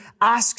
ask